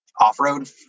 off-road